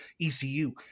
ECU